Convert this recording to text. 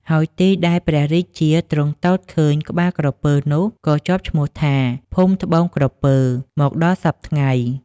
ហើយទីដែលព្រះរាជាទ្រង់ទតឃើញក្បាលក្រពើនោះក៏ជាប់ឈ្មោះថា ភូមិត្បូងក្រពើ មកដល់សព្វថ្ងៃ ។